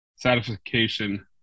satisfaction